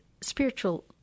spiritual